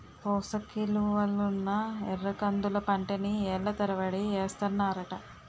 పోసకిలువలున్న ఎర్రకందుల పంటని ఏళ్ళ తరబడి ఏస్తన్నారట